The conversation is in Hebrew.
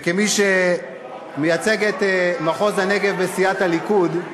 וכמי שמייצג את מחוז הנגב בסיעת הליכוד,